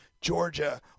Georgia